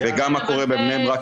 וגם מה קורה בבני ברק,